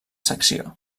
secció